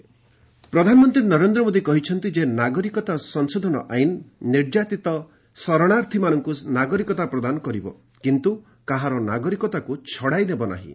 PM CAA ପ୍ରଧାନମନ୍ତ୍ରୀ ନରେନ୍ଦ୍ର ମୋଦୀ କହିଛନ୍ତି ଯେ ନାଗରିକତା ସଂଶୋଧନ ଆଇନ୍ ନିର୍ଯାତିତ ଶରଣାର୍ଥୀମାନଙ୍କୁ ନାଗରିକତା ପ୍ରଦାନ କରିବ କିନ୍ତୁ କାହାର ନାଗରିକତାକୁ ଛଡ଼ାଇ ନେବ ନାହିଁ